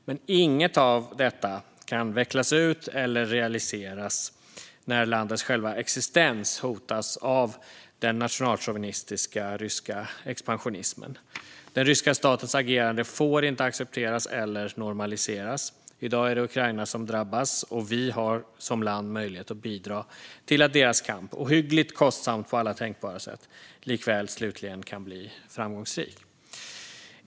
Men inget av detta kan vecklas ut eller realiseras när landets själva existens hotas av den nationalchauvinistiska ryska expansionismen. Den ryska statens agerande får inte accepteras eller normaliseras. I dag är det Ukraina som drabbas, och vi har som land möjlighet att bidra till att deras kamp, som är ohyggligt kostsam på alla tänkbara sätt, slutligen kan bli framgångsrik.